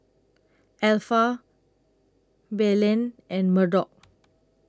Alpha Belen and Murdock